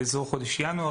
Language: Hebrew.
באזור חודש ינואר,